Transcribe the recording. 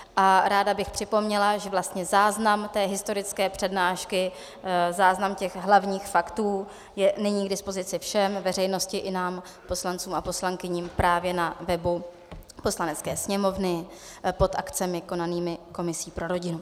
A ráda bych připomněla, že vlastně záznam té historické přednášky, záznam hlavních faktů je nyní k dispozici všem, veřejnosti i nám, poslancům a poslankyním právě na webu Poslanecké sněmovny pod akcemi konanými komisí pro rodinu.